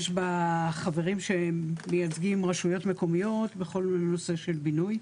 יש בה חברים שמייצגים רשויות מקומיות בכל הנושא של בינוי.